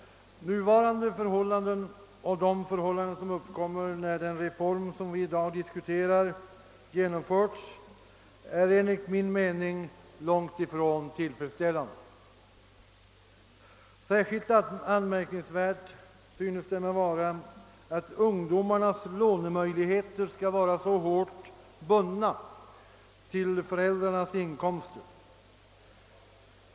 Nuvarande förhållanden och de förhållanden som uppkommer efter genomförandet av den reform vi i dag diskuterar är enligt min mening långtifrån tillfredsställande. Särskilt anmärkningsvärt synes det mig vara att ungdomarnas lånemöjligheter skall vara så hårt bundna till föräldrarnas inkomster.